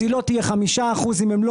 היא לא תהיה חמישה אחוזים אם הם לא